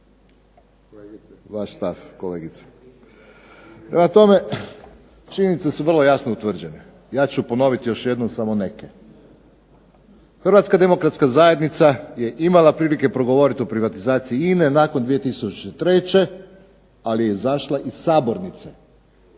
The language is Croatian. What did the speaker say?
Vaš stav, kolegice. Prema tome, činjenice su vrlo jasno utvrđene. Ja ću ponoviti još jednom samo neke. Hrvatska demokratska zajednica je imala prilike progovoriti o privatizaciji INA-e nakon 2003. ali je izašla iz sabornice.